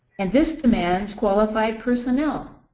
and this demands qualified personnel,